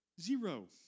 Zero